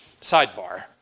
sidebar